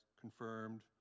confirmed